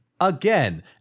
again